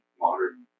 modern